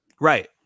Right